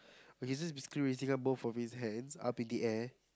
okay he's just basically raising both of his hands up in the air